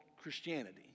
Christianity